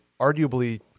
arguably